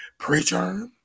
preterm